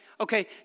okay